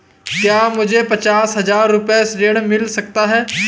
क्या मुझे पचास हजार रूपए ऋण मिल सकता है?